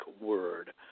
word